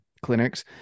clinics